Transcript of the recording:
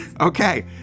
Okay